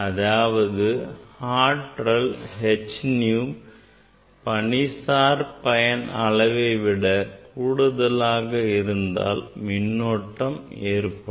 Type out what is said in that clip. அதாவது ஆற்றல் h nu பணிசார் பயன் அளவை விட கூடுதலாக இருந்தால் மின்னோட்டம் ஏற்படும்